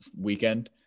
weekend –